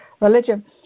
religion